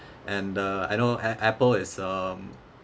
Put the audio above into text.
and uh I know a~ apple is um